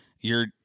You're-